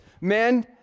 men